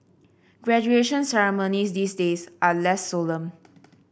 graduation ceremonies these days are less solemn